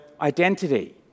identity